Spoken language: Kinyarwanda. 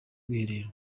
ubwiherero